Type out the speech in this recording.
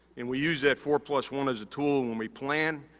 and, we use that four plus one as a tool when we plan,